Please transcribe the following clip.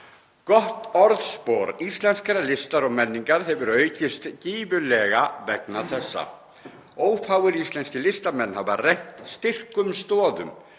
Gott orðspor íslenskrar listar og menningar hefur aukist gífurlega vegna þessa. Ófáir íslenskir listamenn hafa rennt styrkum stoðum